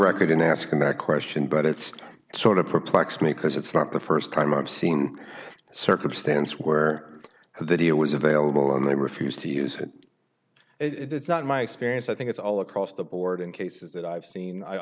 record in asking that question but it's sort of perplexed me because it's not the st time i've seen circumstance where the deal was available and i refused to use it it's not my experience i think it's all across the board in cases that i've seen i